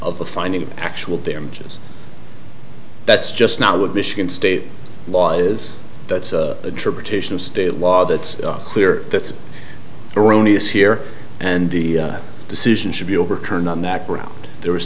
a finding of actual damages that's just not what michigan state law is that's a state law that's clear that's erroneous here and the decision should be overturned on that ground there